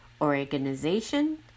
Organization